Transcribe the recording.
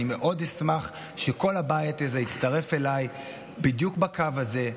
אני מאוד אשמח שכל הבית הזה יצטרף אליי בדיוק בקו הזה,